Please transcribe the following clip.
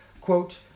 quote